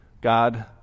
God